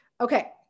Okay